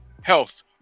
health